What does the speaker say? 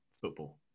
football